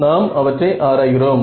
நாம் அவற்றை ஆராய்கிறோம்